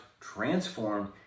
transformed